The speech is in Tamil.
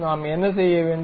நாம் என்ன செய்ய வேண்டும்